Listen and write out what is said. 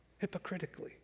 hypocritically